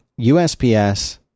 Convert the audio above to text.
USPS